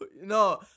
No